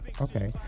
okay